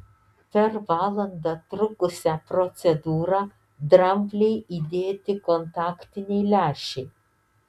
per valandą trukusią procedūrą dramblei įdėti kontaktiniai lęšiai